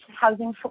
housing